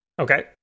Okay